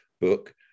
book